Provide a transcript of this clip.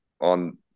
on